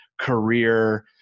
career